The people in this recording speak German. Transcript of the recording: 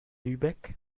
lübeck